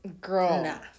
Girl